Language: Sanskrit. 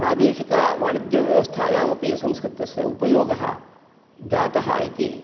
प्रादेशिकवाणिज्यव्यवस्थायामपि संस्कृतस्य उपयोगः जातः इति